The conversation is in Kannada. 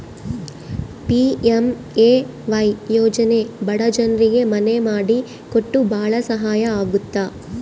ಪಿ.ಎಂ.ಎ.ವೈ ಯೋಜನೆ ಬಡ ಜನ್ರಿಗೆ ಮನೆ ಮಾಡಿ ಕೊಟ್ಟು ಭಾಳ ಸಹಾಯ ಆಗುತ್ತ